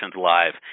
Live